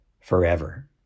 forever